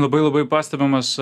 labai labai pastebimas